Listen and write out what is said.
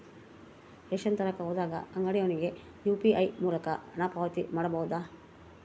Ration ತರಕ ಹೋದಾಗ ಅಂಗಡಿಯವನಿಗೆ ಯು.ಪಿ.ಐ ಮೂಲಕ ಹಣ ಪಾವತಿ ಮಾಡಬಹುದಾ?